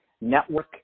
network